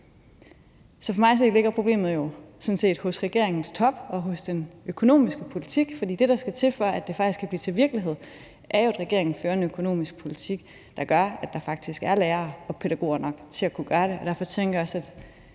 Så for mig at se ligger problemet sådan set hos regeringens top og hos den økonomiske politik, for det, der skal til, før det faktisk kan blive til virkelighed, er jo, at regeringen fører en økonomisk politik, der gør, at der faktisk er lærere og pædagoger nok til at kunne gøre det, og derfor tænker jeg også,